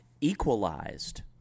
equalized